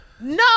No